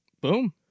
Boom